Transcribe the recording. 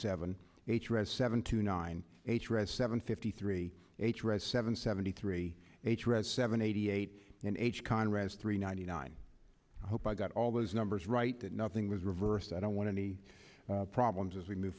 red seven to nine eight red seven fifty three h red seven seventy three h red seven eighty eight and h conrad's three ninety nine i hope i got all those numbers right that nothing was reversed i don't want any problems as we move